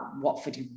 Watford